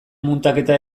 muntaketa